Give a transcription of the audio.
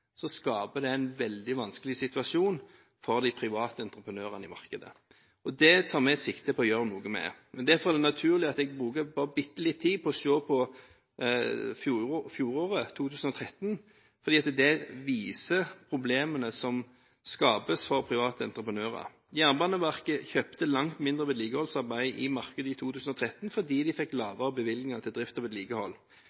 så mange muligheter til å sette ut kontrakter. Disse bevilgningene har variert litt opp og ned. Det er veldig hyggelig de årene de får et pluss, men de årene de må kutte veldig, skaper det en veldig vanskelig situasjon for de private entreprenørene i markedet. Dette tar vi sikte på å gjøre noe med. Derfor er det naturlig at jeg bruker lite grann tid på å se på fjoråret, 2013, fordi det viser problemene som skapes